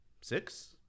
Six